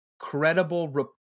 credible